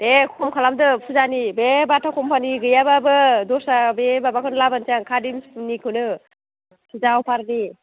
दे खम खालामदो फुजानि बे बाटा कम्पानि गैयाबाबो दस्रा बे माबाखौनो लाबोनोसां खादिम्सनिखौनो फुजा अफारनि